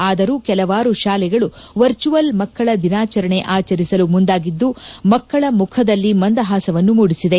ಆದರೂ ಕೆಲವಾರು ಶಾಲೆಗಳು ವರ್ಚುವಲ್ ಮಕ್ಕಳ ದಿನಾಚರಣೆ ಆಚರಿಸಲು ಮುಂದಾಗಿದ್ದು ಮಕ್ಕಳ ಮುಖದಲ್ಲಿ ಮಂದಹಾಸವನ್ನು ಮೂಡಿಸಿದೆ